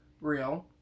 real